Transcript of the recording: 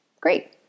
Great